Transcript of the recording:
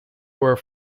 were